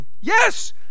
yes